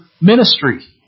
ministry